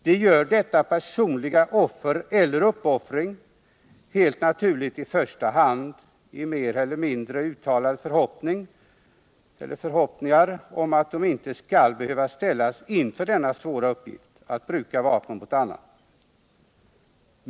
De gör detta personliga offer eller uppoffring helt naturligt i första hand i mer eller mindre uttalade förhoppningar om att de inte skall behöva ställas inför den svåra uppgiften att bruka vapen mot annan.